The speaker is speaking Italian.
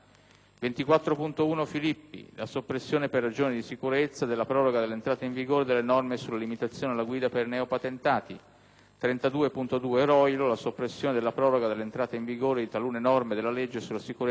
32.2, recante la soppressione della proroga dell'entrata in vigore di talune norme della legge sulla sicurezza nei luoghi di lavoro; 35.2, che propone l'estensione delle misure di stabilizzazione del personale precario oltre l'ambito degli enti di ricerca;